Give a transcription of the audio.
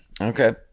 Okay